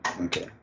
Okay